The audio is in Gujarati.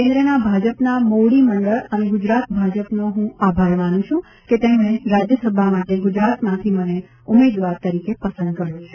કેન્દ્રના ભાજપના મોવડીમંડળ અને ગુજરાત ભાજપનો હું આભાર માનું છું કે તેમણે રાજ્યસભા માટે ગુજરાતમાંથી મને ઉમેદવાર તરીકે પસંદ કર્યો છે